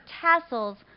tassels